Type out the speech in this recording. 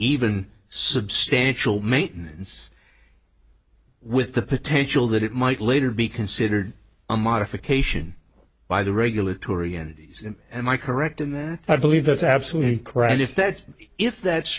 even substantial maintenance with the potential that it might later be considered a modification by the regulatory and am i correct in that i believe that's absolutely correct is that if that's